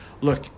Look